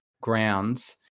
grounds